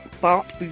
Bart